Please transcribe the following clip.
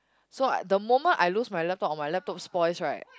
so I the moment I lose my laptop or my laptop spoils right